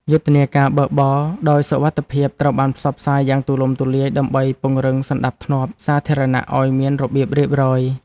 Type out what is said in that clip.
យុទ្ធនាការបើកបរដោយសុវត្ថិភាពត្រូវបានផ្សព្វផ្សាយយ៉ាងទូលំទូលាយដើម្បីពង្រឹងសណ្ដាប់ធ្នាប់សាធារណៈឱ្យមានរបៀបរៀបរយ។